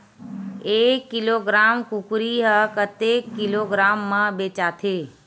एक किलोग्राम कुकरी ह कतेक किलोग्राम म बेचाथे?